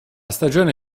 stagione